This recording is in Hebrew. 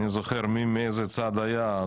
אני זוכר מאיזה צד היה,